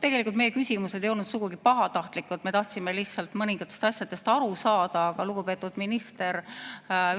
Tegelikult meie küsimused ei olnud sugugi pahatahtlikud. Me tahtsime lihtsalt mõningatest asjadest aru saada, aga lugupeetud minister